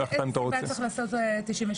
איזה סיבה צריכה להיות כדי להפעיל את 98?